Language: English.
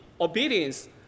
obedience